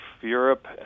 Europe